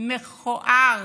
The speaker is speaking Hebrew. מכוער